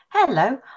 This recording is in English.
Hello